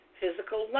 physical